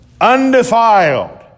undefiled